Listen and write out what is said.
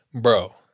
bro